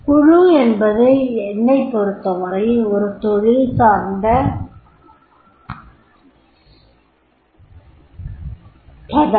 குழு என்பது என்னைப்பொருத்தவரை அது ஒரு தொழில் சார்ந்த பதம்